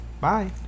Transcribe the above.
bye